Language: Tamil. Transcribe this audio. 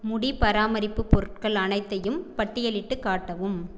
முடி பராமரிப்புப் பொருட்கள் அனைத்தையும் பட்டியலிட்டுக் காட்டவும்